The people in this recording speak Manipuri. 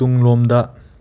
ꯇꯨꯡꯂꯣꯝꯗ